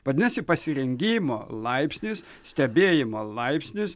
vadinasi pasirengimo laipsnis stebėjimo laipsnis